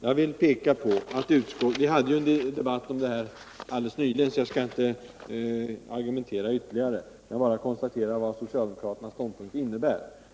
Vi hade ju en debatt om detta alldeles nyligen i samband med tilläggsbudgeten för i år så jag skall inte argumentera ytterligare. Jag vill bara notera vad socialdemokraternas ståndpunkt innebär.